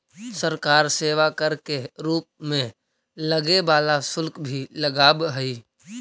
सरकार सेवा कर के रूप में लगे वाला शुल्क भी लगावऽ हई